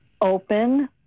open